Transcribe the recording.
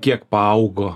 kiek paaugo